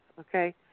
okay